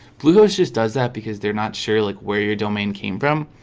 blue goes just does that because they're not sure like where your domain came from?